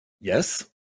Yes